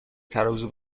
ترازو